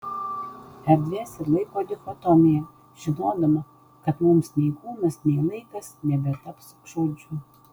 erdvės ir laiko dichotomija žinodama kad mums nei kūnas nei laikas nebetaps žodžiu